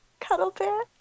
Cuddlebear